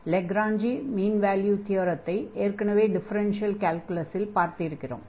"Lagrange mean value தியரத்தை" ஏற்கெனவே differential கால்குலஸில் பார்த்திருக்கிறோம்